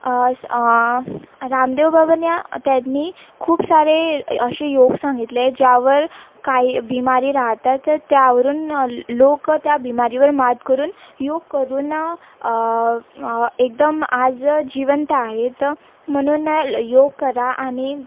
असं रामदेवबाबांनी आ त्यांनी खूप सारे असे योग सांगितले आहे ज्यावर काही बीमारी राहतात तर त्यावरून ल् लोक त्या बीमारीवर मात करून योग करून एकदम आज जिवंत आहेत म्हणून ल् योग करा आणि